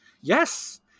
yes